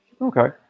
okay